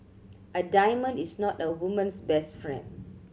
a diamond is not a woman's best friend